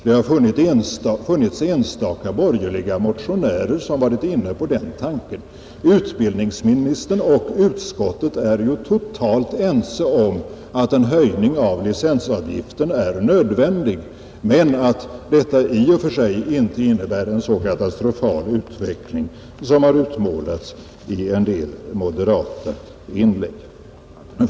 Det har funnits enstaka borgerliga motionärer som varit inne på den tanken. Utbildningsministern och utskottet är ju totalt ense om att en höjning av licensavgiften är nödvändig och att detta i och för sig inte innebär en så katastrofal utveckling som har utmålats i en del inlägg från företrädare för moderata samlingspartiet.